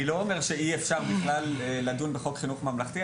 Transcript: אני לא אומר שאי אפשר בכלל לדון בחוק חינוך ממלכתי.